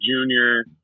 junior